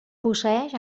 posseeix